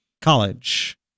College